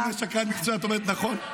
הוא אומר "שקרן מקצועי", ואת אומרת נכון.